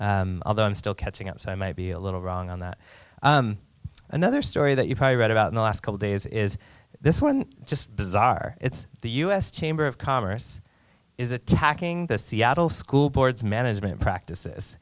understanding although i'm still catching up so i might be a little wrong on that another story that you probably read about in the last couple days is this one just bizarre it's the u s chamber of commerce is attacking the seattle school board's management practices